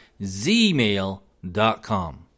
zmail.com